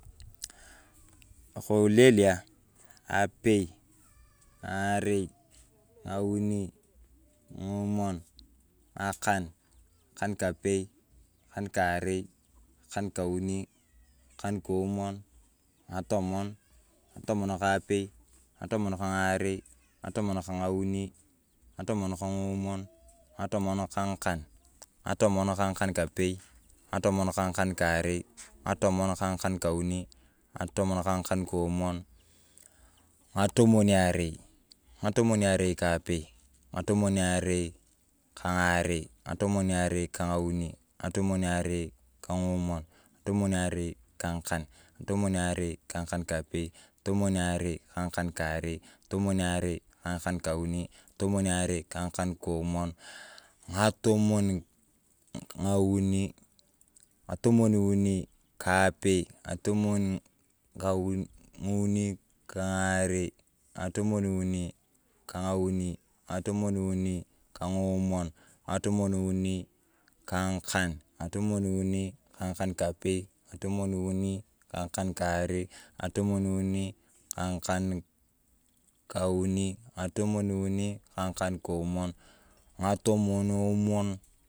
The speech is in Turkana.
Lokolelia, apei, ng’arei, ng’auni, ng’omon, ng’akan, ng'akan, kapei, ng'akan karei, ng'akan kauni, ng'akan komon, ng’atomon, ng’atomon kapei, nga’atomon kang’arei, ng’atomon kang’auni, ng’atomon kang’omon, ng’atomon kang’akan, ng’atomon kang'akankapei, ng'atomon kang'akankarei, ng'atomon kang'akankauni, ng'atamon kang’akonkomon, ng’atomon arei ng'atomon arei kapei, ng’atomon arei kang’omon, ng’atomon areiz kang’akan, ng’atomon arei kang'akankapei, ng’atomon areiz kang'akankapei, ng’atomon arei kang’akankarei, ng’atomon arei kanga’akankauni, ng’atomon arei kang'akonkomon, ng’atomon emon.